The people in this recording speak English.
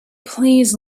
please